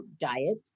diet